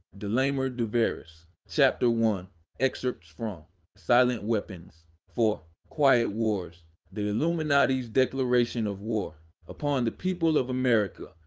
delamer duverus chapter one excerpts from silent weapons for quiet wars the illuminati's declaration of war upon the people of america.